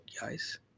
guys